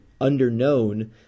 underknown